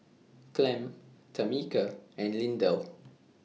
Clem Tamica and Lindell